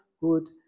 good